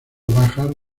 bajas